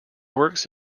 works